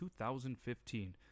2015